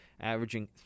averaging